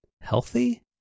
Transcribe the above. healthy